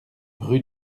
rue